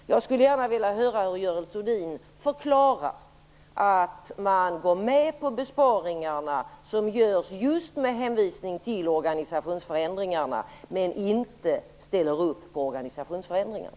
Jag skulle gärna vilja höra hur Görel Thurdin förklarar att man går med på besparingar som görs just med hänvisning till organisationsförändringarna men inte ställer upp på organisationsförändringarna.